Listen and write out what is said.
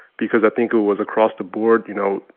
because i think it was across the board, you know,